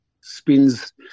spins